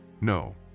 No